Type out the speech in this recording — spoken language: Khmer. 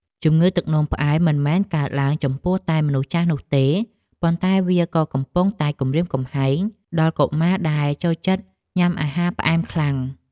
ជំងឺទឹកនោមផ្អែមមិនមែនកើតឡើងចំពោះតែមនុស្សចាស់នោះទេ ប៉ុន្តែវាក៏កំពុងតែគំរាមកំហែងដល់កុមារដែលចូលចិត្តញ៉ាំអាហារផ្អែមខ្លាំង។